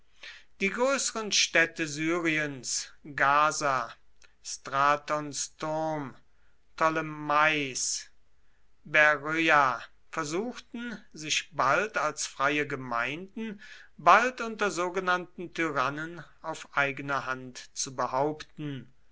die größeren städte syriens gaza stratons turm ptolemais beröa versuchten sich bald als freie gemeinden bald unter sogenannten tyrannen auf eigene hand zu behaupten